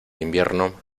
invierno